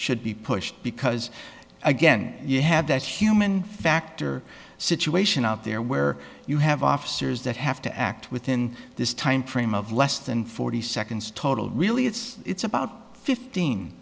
should be pushed because again you have that human factor situation up there where you have officers that have to act within this time frame of less than forty seconds total really it's about fifteen